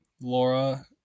laura